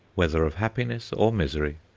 whether of happiness or misery,